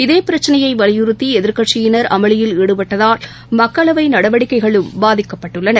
இதேபிரச்சினையைவலியுறுத்திஎதிர்கட்சியினர் அமளியில் ஈடுபட்டதால் மக்களவைநடவடிக்கைகளும் பாதிக்கப்பட்டுள்ளன